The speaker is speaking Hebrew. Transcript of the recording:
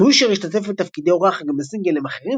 סווישר השתתף בתפקידי אורח גם בסינגלים אחרים